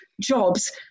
jobs